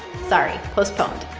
sorry, postponed.